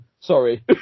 Sorry